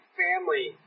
family